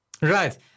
Right